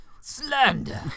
slander